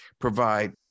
provide